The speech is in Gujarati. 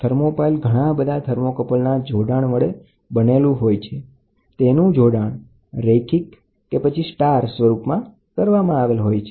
થર્મોપાઇલ ઘણા બધા થર્મોકપલના જોડાણ વડે બનેલું હોય છે તેનું જોડાણ રૈખીક હોય છે અને હોટ જંકશન બાજુમાં સ્ટાર સ્વરૂપ માં હોય છે